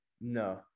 No